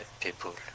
people